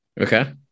Okay